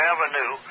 Avenue